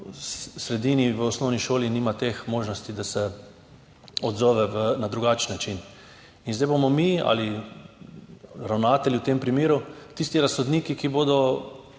sredini, v osnovni šoli nima teh možnosti, da se odzove na drugačen način. In zdaj bomo mi ali v tem primeru ravnatelji tisti razsodniki, ki bodo: